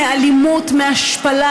מאלימות ומהשפלה,